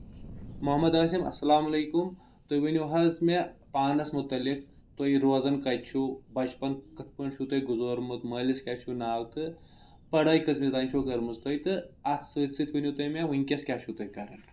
محمد ٲسِم اَسلام علیکُم تُہۍ ؤنِو حظ مےٚ پانَس مُتعلِق تُہۍ روزان کَتہِ چھُو بَچپَن کِتھ پٲٹھۍ چھُو تۄہہِ گُزورمُت مٲلِس کیاہ چھُو ناو تہٕ پڑٲے قٕسمٕتۍ تانۍ چھو کٔرمٕژ تۄہہِ تہٕ اَتھ سۭتۍ سۭتۍ ؤنِو تُہۍ مےٚ وٕنکؠس کیٛاہ چھُِو تُہۍ کَران